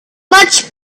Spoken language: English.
much